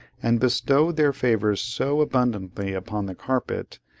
and bestowed their favours so abundantly upon the carpet,